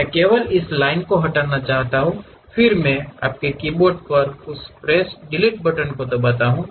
मैं केवल इस लाइन को हटाना चाहता हूं फिर मैं आपके कीबोर्ड पर उस प्रेस डिलीट बटन को क्लिक करता हूं